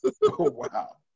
wow